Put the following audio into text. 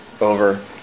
over